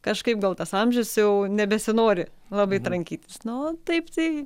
kažkaip gal tas amžius jau nebesinori labai trankytis nu taip tai